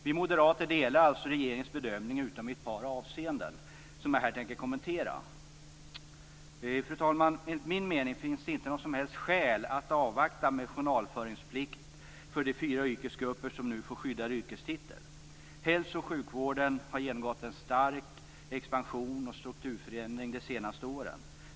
Vi moderater delar alltså regeringens bedömning utom i ett par avseenden som jag här tänker kommentera. Fru talman! Enligt min mening finns det inte några som helst skäl att avvakta med journalföringsplikt för de fyra yrkesgrupper som nu får skyddad yrkestitel. Hälso och sjukvården har genomgått en stark expansion och strukturförändring under de senaste åren.